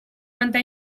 manté